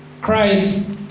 Christ